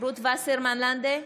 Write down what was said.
רות וסרמן לנדה,